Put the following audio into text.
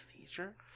feature